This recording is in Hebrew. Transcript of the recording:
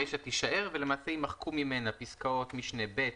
הרישה תישאר ולמעשה יימחקו ממנה פסקאות משנה (ב),